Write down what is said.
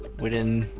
within